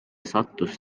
sattus